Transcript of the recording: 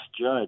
judge